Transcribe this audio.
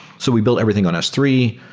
so we build everything on s three,